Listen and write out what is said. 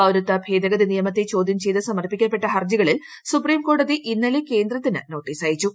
പൌരത്വ ഭേദഗതി നിയമത്തെ ചോദ്യം ചെയ്ത് സമർപ്പിക്കപ്പെട്ട ഹർജികളിൽ സുപ്രീംകോടതി ഇന്നലെ കേന്ദ്രത്തിന് നോട്ടീസ് അയച്ചു